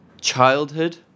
Childhood